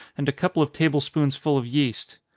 and a couple of table-spoonsful of yeast.